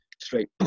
straight